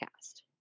cast